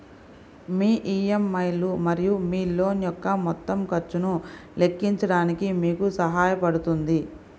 మీ EMI లు మరియు మీ లోన్ యొక్క మొత్తం ఖర్చును లెక్కించడానికి మీకు సహాయపడుతుంది